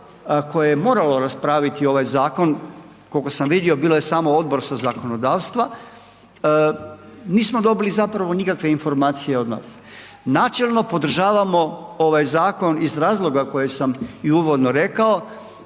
koje je moralo raspraviti ovaj zakon. Koliko sam vidio bio je samo Odbor sa zakonodavstva, nismo dobili zapravo nikakve informacije od vas. Načelno podržavamo ovaj zakon iz razloga koje sam i uvodno rekao.